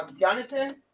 Jonathan